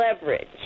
leverage